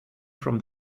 from